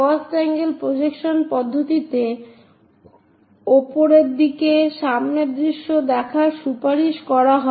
first angle projection পদ্ধতিতে উপরের দিকে সামনের দৃশ্য দেখার সুপারিশ করা হয়